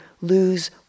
lose